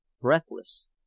breathless